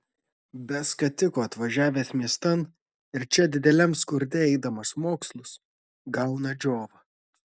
be skatiko atvažiavęs miestan ir čia dideliam skurde eidamas mokslus gauna džiovą